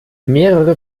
mehrere